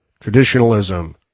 traditionalism